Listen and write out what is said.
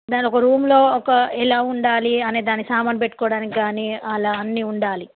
దాన్ని ఒక రూమ్లో ఒక ఎలా ఉండాలి అనే దాన్ని సామాను పెట్టుకోవడానికి గానీ అలా అన్నీ ఉండాలి